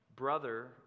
Brother